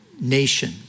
nation